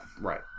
Right